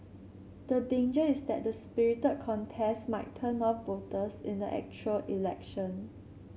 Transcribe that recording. the danger is that the spirited contest might turn off voters in the actual election